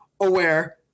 aware